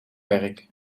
werk